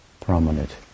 prominent